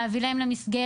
להביא להם למסגרת.